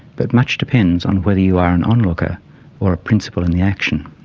but much depends on whether you are an onlooker or a principal in the action.